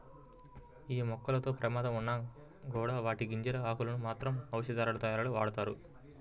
యీ మొక్కలతో ప్రమాదం ఉన్నా కూడా వాటి గింజలు, ఆకులను మాత్రం ఔషధాలతయారీలో వాడతారు